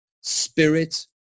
spirit